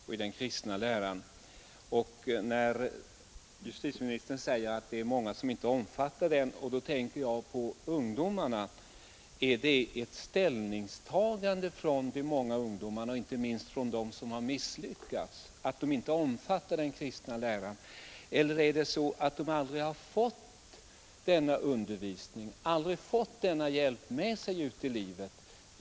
Är det för övrigt fråga om ett ställningstagande från de många ungdomar, inte minst från dem som har misslyckats, att de inte omfattar den kristna läran? Eller har de kanske aldrig fått denna undervisning, denna hjälp, med sig ut i livet?